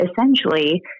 essentially